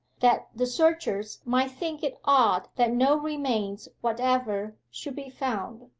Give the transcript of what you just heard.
that the searchers might think it odd that no remains whatever should be found.